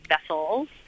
vessels